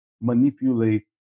manipulate